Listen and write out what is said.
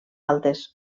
altes